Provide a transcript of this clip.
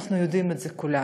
אנחנו יודעים את זה כולנו,